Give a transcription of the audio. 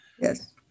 Yes